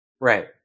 Right